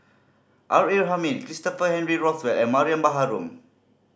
R A Hamid Christopher Henry Rothwell and Mariam Baharom